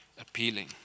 appealing